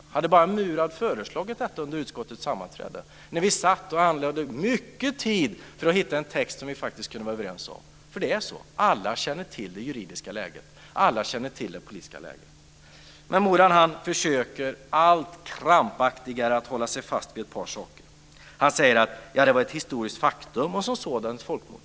Murad kunde ha föreslagit detta under utskottets sammanträde, då vi använde mycket tid för att komma fram till en text som vi faktiskt kunde vara överens om. Alla kände till det juridiska läget och det politiska läget. Men Murad försöker allt krampaktigare att hålla sig fast vid ett par saker. Han säger att det var ett historiskt faktum och som sådant ett folkmord.